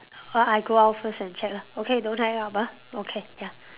or I go out first and check lah okay don't hang up ah okay ya